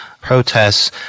Protests